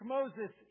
Moses